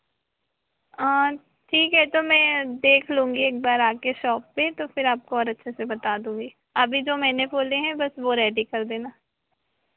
हाँ ठीक है तो मैं देख लूँगी एक बार आके शॉप पे तो फिर आपको और अच्छे से बता दूँगी अभी जो मैंने बोले हैं बस वो रेडी कर देना